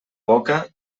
boca